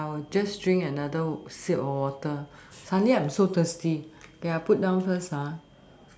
I will just drink another sip of water suddenly I am so thirsty okay I put down first ah